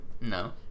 No